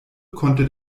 konnte